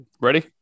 Ready